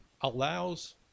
allows